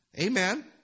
Amen